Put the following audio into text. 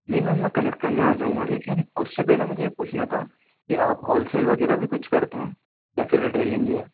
نہیں میم میں کلکٹ کرنے آ جاؤں گا لیکن اس سے پہلے مجھے یہ پوچھنا تھا کہ آپ ہول سیل وغیرہ بھی کچھ کرتے ہیں یا پھر ریٹیلنگ ہی ہے